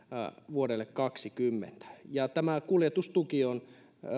vuodelle kaksikymmentä tämä kuljetustuki on